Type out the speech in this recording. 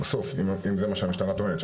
אם זה מה שהמשטרה טוענת,